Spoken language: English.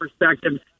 perspective